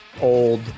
old